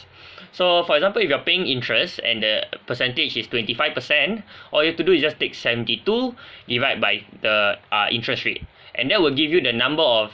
so for example if you are paying interest and the percentage is twenty five percent all you have to do is just take seventy two divide by the uh interest rate and then will give you the number of